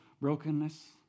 brokenness